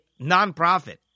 nonprofit